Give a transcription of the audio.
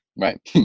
right